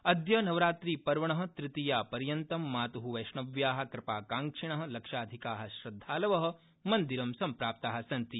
अद्य नवरात्रि पर्वण तृतीया पर्यन्तं मातु वैष्णव्या कृपाकांक्षिण लक्षाधिका श्रद्धालव मन्दिरं सम्प्राप्ता सन्ति